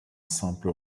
simple